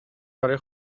برای